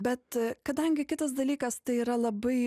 bet kadangi kitas dalykas tai yra labai